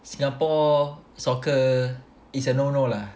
Singapore soccer is a no no lah